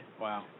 Wow